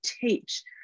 teach